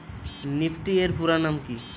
Nifty এর পুরোনাম কী?